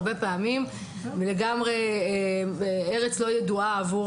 הרבה פעמים נראה כארץ לא ידועה עבור